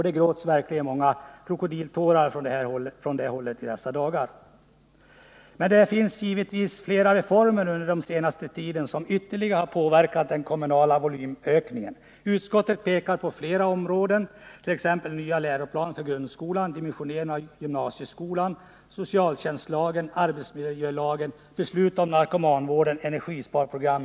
Det gråts verkligen många krokodiltårar på det hållet i dessa dagar. Men det finns givetvis flera reformer som under den senaste tiden ytterligare har påverkat den kommunala volymökningen. Utskottet pekar på reformer inom flera områden, t.ex. den nya läroplanen för grundskolan, dimensioneringen av gymnasieskolan, socialtjänstlagen, arbetsmiljölagen, beslutet om narkomanvården och energisparprogram.